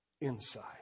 inside